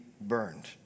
burned